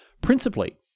principally